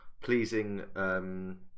pleasing